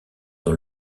dans